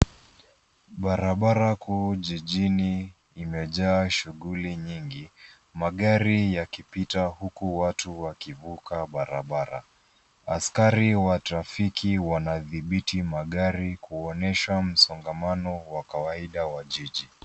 Barabara kuu jijini imejaa shughuli nyingi. Magari yakipita huku watu wakivuka barabara. Askari wa trafiki wanathibiti magari kuonyesha msongamano wa kawaida wa jiji.